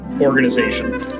organization